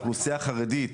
אוכלוסייה חרדית,